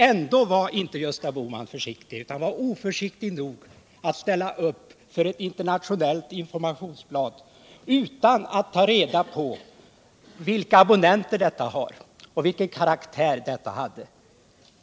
Ändå var inte Gösta Bohman försiktig, utan oförsiktig nog att ställa upp för ett internationellt informationsblad utan att ta reda på vilka abonnenter det har och vilken karaktär det har.